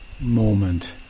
moment